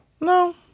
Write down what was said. No